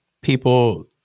people